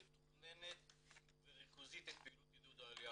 מתוכננת וריכוזית את פעילות עידוד העלייה